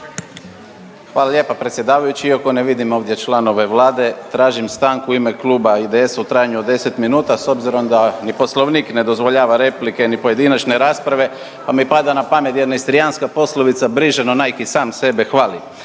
Hvala lijepa predsjedavajući. Iako ne vidim ovdje članove Vlade, tražim stanku u ime kluba IDS-a u trajanju od 10 minuta s obzirom da ni poslovnik ne dozvoljava replike ni pojedinačne rasprave, pa mi pada na pamet jedna istrijanska poslovica, brižen onaj ki sam sebe hvali.